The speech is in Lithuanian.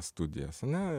studijas ane